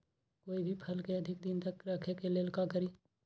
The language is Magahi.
कोई भी फल के अधिक दिन तक रखे के लेल का करी?